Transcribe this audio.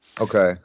Okay